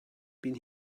been